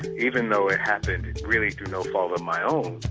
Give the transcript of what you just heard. even though it happened really through no fault of my own,